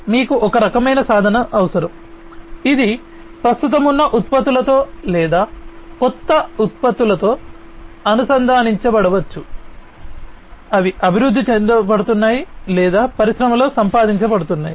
కాబట్టి మీకు ఒక రకమైన సాధనం అవసరం ఇది ప్రస్తుతమున్న ఉత్పత్తులతో లేదా కొత్త ఉత్పత్తులతో అనుసంధానించబడవచ్చు అవి అభివృద్ధి చేయబడుతున్నాయి లేదా పరిశ్రమలో సంపాదించబడుతున్నాయి